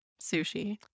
Sushi